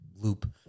loop